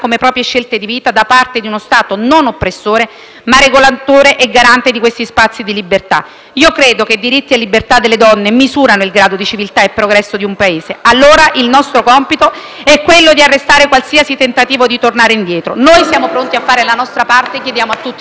ma regolatore e garante di questi spazi di libertà. Credo che diritti e libertà delle donne misurino il grado di civiltà e progresso di un Paese. Il nostro compito è allora quello di arrestare qualsiasi tentativo di tornare indietro. Noi siamo pronti a fare la nostra parte e chiediamo a tutti di farla insieme a noi.